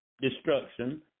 destruction